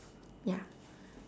ya